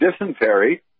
dysentery